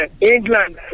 England